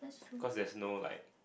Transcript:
cause there's no like